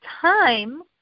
time